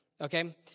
okay